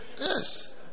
Yes